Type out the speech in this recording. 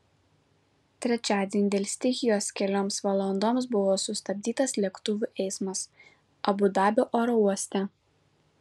trečiadienį dėl stichijos kelioms valandoms buvo sustabdytas lėktuvų eismas abu dabio oro uoste